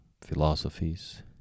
philosophies